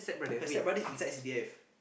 her stepbrother inside S_C_D_F